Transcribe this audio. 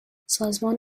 سازمان